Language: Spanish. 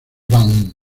van